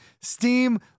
steam